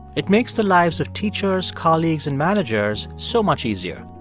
it makes the lives of teachers, colleagues and managers so much easier.